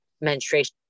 menstruation